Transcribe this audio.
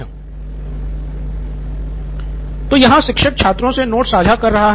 सिद्धार्थ मटूरी तो यहाँ शिक्षक छात्रों से नोट्स साझा कर रहा है